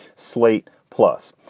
slate plus,